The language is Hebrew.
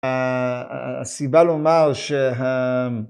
הסיבה לומר שה...